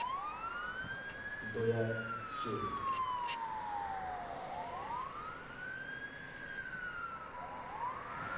दो ज्हार छे